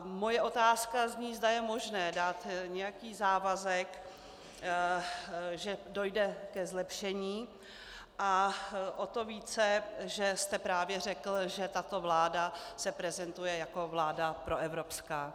Moje otázka zní, zda je možné dát nějaký závazek, že dojde ke zlepšení, a o to více, že jste právě řekl, že tato vláda se prezentuje jako vláda proevropská.